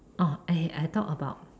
oh {eh] I talk about